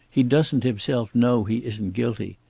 he doesn't himself know he isn't guilty.